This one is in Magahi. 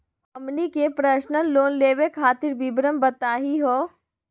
हमनी के पर्सनल लोन लेवे खातीर विवरण बताही हो?